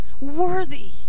worthy